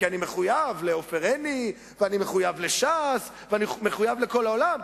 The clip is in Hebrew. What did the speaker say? כי אני מחויב לעופר עיני ואני מחויב לש"ס ואני מחויב לכל העולם,